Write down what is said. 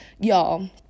y'all